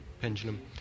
pendulum